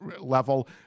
level